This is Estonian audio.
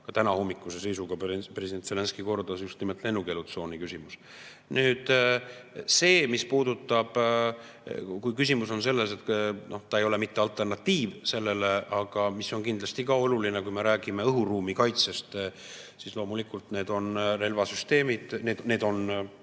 mida tänahommikuse seisuga president Zelenskõi kordas, just nimelt lennukeelutsooni küsimus. Nüüd, küsimus on selles – see ei ole küll alternatiiv sellele, aga on kindlasti ka oluline –, et kui me räägime õhuruumi kaitsest, siis loomulikult need on relvasüsteemid, need on